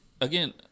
again